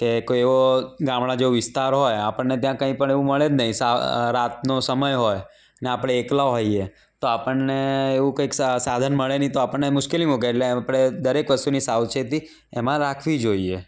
કે એવો કોઈ ગામડા જેવો વિસ્તાર હોય આપણને ત્યાં કંઇપણ એવું મળે જ નહીં રાતનો સમય હોય ને આપણે એકલા હોઈએ તો આપણને એવું કંઇ સાધન મળે નહીં તો આપણને મુશ્કેલી મૂકે એટલે આપણે દરેક વસ્તુની સાવચેતી એમાં રાખવી જોઈએ